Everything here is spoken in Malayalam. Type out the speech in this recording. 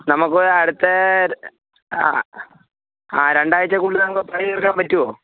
നമുക്ക് അടുത്ത ആ ആ രണ്ടാഴ്ചക്കുള്ളിൽ നമുക്കാ പണി തീർക്കാൻ പറ്റുമോ